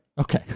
Okay